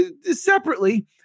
separately